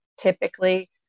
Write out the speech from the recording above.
typically